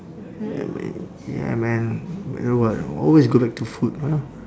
yeah man ya man no what always go back to food know